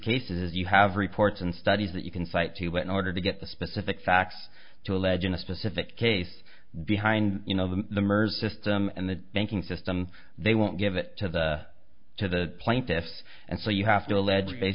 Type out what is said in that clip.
cases you have reports and studies that you can cite to what an order to get the specific facts to allege in a specific case behind you know the the merge system and the banking system they won't give it to the to the plaintiffs and so you have to alleg